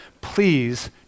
please